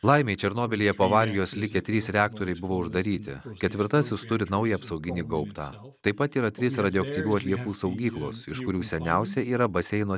laimei černobylyje po avarijos likę trys reaktoriai buvo uždaryti ketvirtasis turi naują apsauginį gaubtą taip pat yra trys radioaktyvių atliekų saugyklos iš kurių seniausia yra baseino